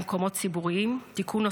במקומות ציבוריים (תיקון,